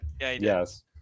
Yes